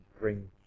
bring